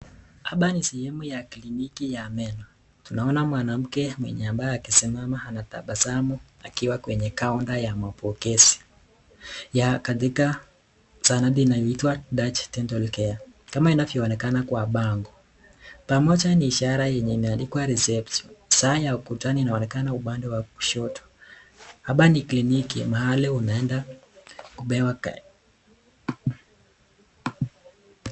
Hapa ni sehemu ya kliniki ya meno. Tunaona mwanamke mwenye ambaye akisimama anatasamu akiwa kwenye counter ya mapokezi ya katika zahanati inayoitwa Dutch dental care kama inavyo onekana kwa bango. Pamoja ni ishara yenye imeandikwa Reception . Saa ya ukutani inaonekana pande ya kushoto. Hapa ni kliniki mahali unaenda kupewa